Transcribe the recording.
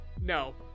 no